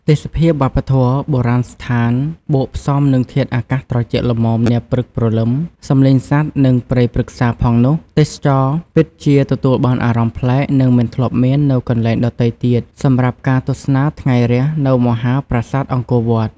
ទេសភាពវប្បធម៌ បុរាណស្ថាន បូកផ្សំនឹងធាតុអាកាសត្រជាក់ល្មមនាព្រឹកព្រលឹម សំឡេងសត្វ និងព្រៃព្រឹក្សាផងនោះ ទេសចរពិតជាទទួលបានអារម្មណ៍ប្លែក និងមិនធ្លាប់មាននៅកន្លែងដទៃទៀតសម្រាប់ការទស្សនាថ្ងៃរះនៅមហាប្រាសាទអង្គរវត្ត។